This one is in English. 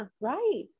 right